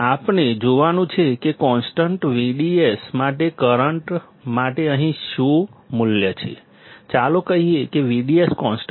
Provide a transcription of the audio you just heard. આપણે જોવાનું છે કે કોન્સ્ટન્ટ VDS માટે કરંટ માટે અહીં શું મૂલ્ય છે ચાલો કહીએ કે VDS કોન્સ્ટન્ટ છે